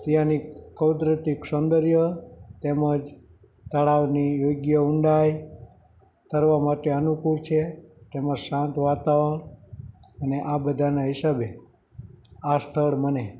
ત્યાંની કુદરતી સૌંદર્ય તેમજ તળાવની યોગ્ય ઊંડાઈ તરવા માટે અનુકૂળ છે તેમજ શાંત વાતાવરણ અને આ બધાના હિસાબે આ સ્થળ મને